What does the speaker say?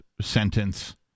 sentence